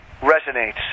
resonates